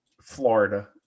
Florida